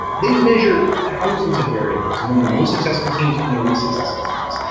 they measured thousands of variables among their most successful teams and their least successful teams,